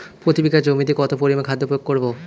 প্রতি বিঘা জমিতে কত পরিমান খাদ্য প্রয়োগ করব?